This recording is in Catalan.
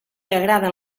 agraden